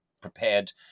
prepared